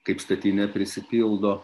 kaip statinė prisipildo